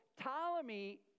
Ptolemy